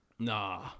Nah